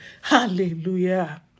Hallelujah